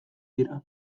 dira